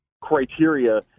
criteria